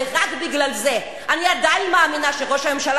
ורק בגלל זה אני עדיין מאמינה שראש הממשלה,